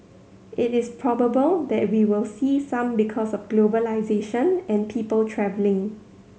it is probable that we will see some because of globalisation and people travelling